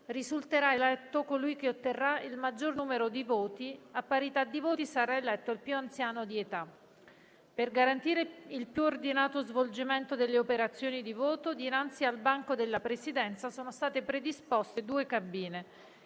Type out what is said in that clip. Risulterà eletto il senatore che otterrà il maggior numero di voti. A parità di voti sarà eletto il più anziano di età. Per garantire il più ordinato svolgimento delle operazioni di voto, dinanzi al banco della Presidenza sono state predisposte due cabine.